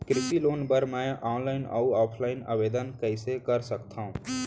कृषि लोन बर मैं ऑनलाइन अऊ ऑफलाइन आवेदन कइसे कर सकथव?